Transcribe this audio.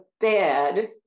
bed